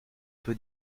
peu